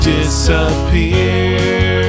Disappear